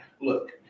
look